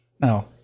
no